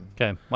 Okay